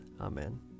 Amen